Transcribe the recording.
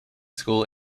school